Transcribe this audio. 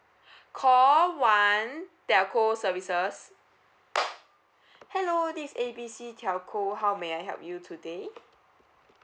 call one telco services hello this is A B C telco how may I help you today